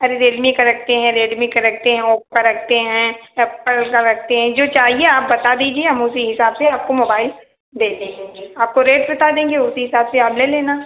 अरे रियलमी का रखते हैं रेडमी का रखते हैं ओपो का रखते हैं ऐप्पल का रखते हैं जो चाहिए आप बता दीजिए हम उसी हिसाब से आपको मोबाइल दे देंगे आपको रेट बता देंगे उसी हिसाब से आप ले लेना